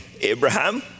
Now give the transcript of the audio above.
Abraham